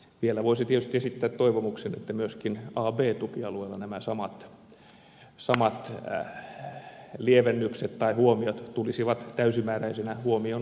vielä voisi tietysti esittää toivomuksen että myöskin a ja b tukialueilla nämä samat lievennykset tai huomiot tulisivat täysimääräisinä huomioon